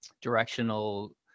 directional